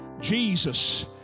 Jesus